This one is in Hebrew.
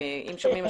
ואם שומעים,